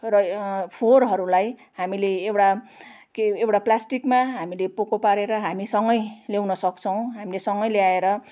र फोहोरहरूलाई हामीले एउटा के एउटा प्लास्टिकमा हामीले पोको पारेर हामीसँगै ल्याउन सक्छौँ हामीले सँगै ल्याएर